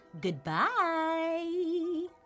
Goodbye